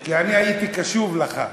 כי אני הייתי קשוב לך.